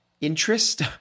interest